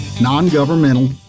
non-governmental